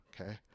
okay